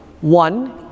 One